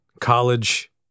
college